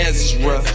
Ezra